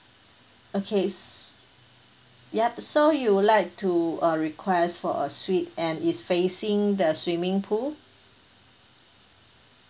okay s~ yup so you would like to uh request for a suite and is facing the swimming pool